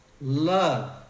love